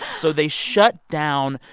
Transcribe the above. so they shut down.